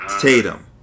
Tatum